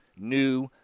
new